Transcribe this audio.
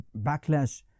backlash